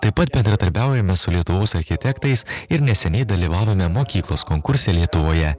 taip pat bendradarbiaujame su lietuvos architektais ir neseniai dalyvavome mokyklos konkurse lietuvoje